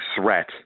threat